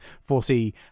foresee